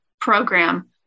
program